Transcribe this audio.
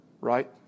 right